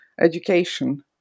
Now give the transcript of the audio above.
education